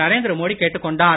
நரேந்திர மோடி கேட்டுக்கொண்டார்